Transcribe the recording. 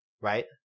right